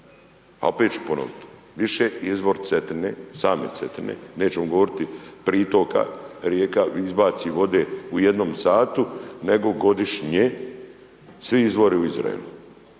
A opet ću ponoviti, više izvor Cetine, same Cetine nećemo govoriti pritoka rijeka, izbaci vode u jednom satu nego godišnje svi izvoru u Izraelu